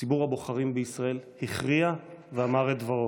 ציבור הבוחרים בישראל הכריע ואמר את דברו.